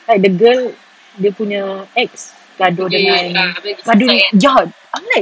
like the girl dia punya ex gaduh dengan gaduh ya I'm like